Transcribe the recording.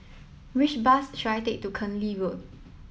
which bus should I take to Keng Lee Road